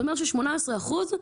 זה אומר ש-18 אחוזים,